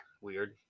weird